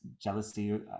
jealousy